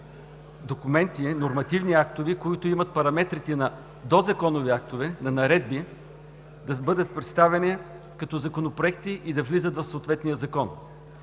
документи, нормативни актове, които имат параметрите на дозаконови актове, на наредби, да бъдат представяни като законопроекти и да влизат в съответния закон.